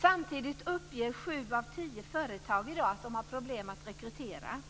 Samtidigt uppger 7 av 10 företag i dag att de har problem att rekrytera.